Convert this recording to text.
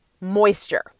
moisture